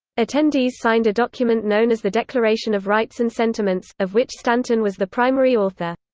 attendees signed a document known as the declaration of rights and sentiments, of which stanton was the primary author.